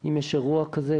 אם יש אירוע כזה,